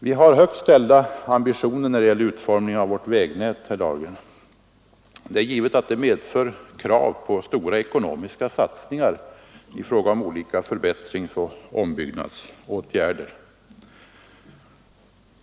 Vi har högt ställda ambitioner när det gäller utformningen av vårt vägnät, herr Dahlgren. Det är givet att detta medför krav på stora ekonomiska satsningar i fråga om olika förbättringsoch ombyggnadsåtgärder.